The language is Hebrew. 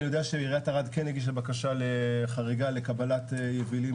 אני יודע שעיריית ערד הגישה בקשה לחריגה לקבלת יבילים